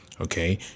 Okay